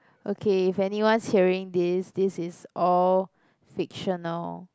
okay if anyone's hearing this this is all fictional